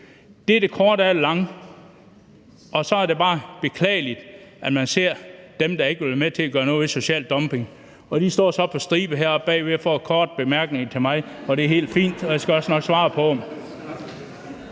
Det er det korte af det lange. Og så er det bare beklageligt, at man ser dem, der ikke vil være med til at gøre noget ved social dumping. De står så på stribe her for at få korte bemærkninger til mig. Det er helt fint, og jeg skal også nok svare på dem.